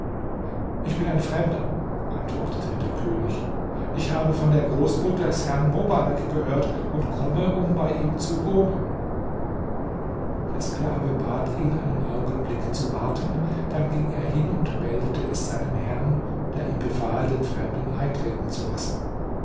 ich bin ein fremder antwortete der könig ich habe von der großmut des herrn mobarek gehört und komme um bei ihm zu wohnen der sklave bat ihn einen augenblick zu warten dann ging er hin und meldete es seinem herrn der ihm befahl den fremden eintreten zu lassen